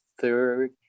third